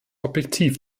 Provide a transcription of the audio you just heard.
objektiv